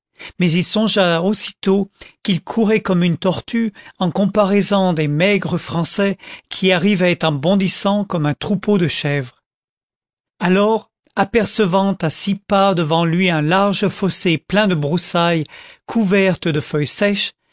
mais il songea aussitôt qu'il courait comme une tortue en comparaison des maigres français qui arrivaient en bondissant comme un troupeau de chèvres alors apercevant à six pas devant lui un large fossé plein de broussailles couvertes de feuilles sèches